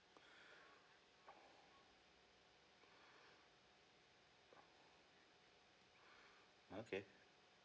okay